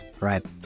right